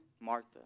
Martha